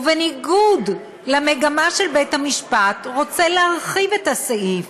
ובניגוד למגמה של בית-המשפט רוצה להרחיב את הסעיף,